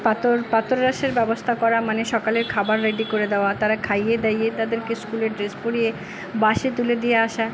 প্রাতরাশের ব্যবস্থা করা মানে সকালের খাবার রেডি করে দেওয়া তারা খাইয়ে দাইয়ে তাদেরকে স্কুলের ড্রেস পরিয়ে বাসে তুলে দিয়ে আসা